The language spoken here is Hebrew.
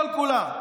כל-כולה.